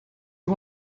you